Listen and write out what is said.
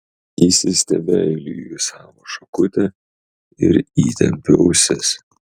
įsistebeiliju į savo šakutę ir įtempiu ausis